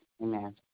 Amen